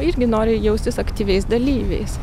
irgi nori jaustis aktyviais dalyviais